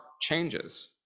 changes